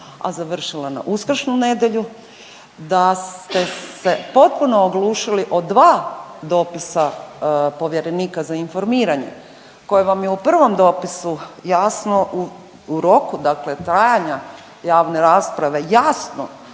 a završila na uskršnju nedjelju, da ste se potpuno oglušili o dva dopisa povjerenika za informiranje koji vam je u prvom dopisu jasno u roku, dakle trajanja javne rasprave jasno